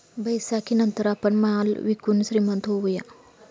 बैसाखीनंतर आपण माल विकून श्रीमंत होऊया